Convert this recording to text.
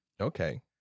Okay